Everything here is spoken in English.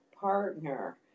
partner